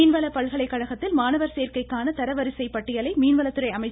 மீன்வள பல்கலைகழகத்தில் மாணவர் சேர்க்கைக்கான தர வரிசை பட்டியலை மீன்வளத்துறை அமைச்சர் திரு